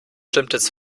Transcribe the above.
bestimmtes